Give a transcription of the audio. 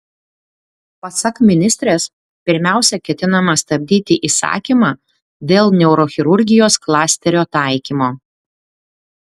pasak ministrės pirmiausia ketinama stabdyti įsakymą dėl neurochirurgijos klasterio taikymo